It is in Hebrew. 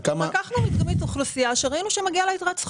לקחנו מדגמית אוכלוסייה שראינו שמגיעה לה יתרת זכות.